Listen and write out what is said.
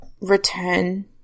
return